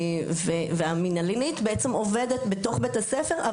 המנהלית עובדת בתוך בית הספר,